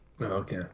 Okay